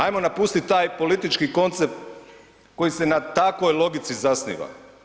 Ajmo napustiti taj politički koncept koji se na takvoj logici zasniva.